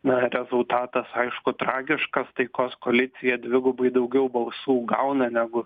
na rezultatas aišku tragiškas taikos koalicija dvigubai daugiau balsų gauna negu